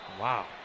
Wow